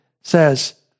says